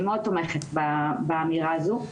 אני מאוד תומכת באמירה הזו.